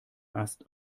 ast